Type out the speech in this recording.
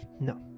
No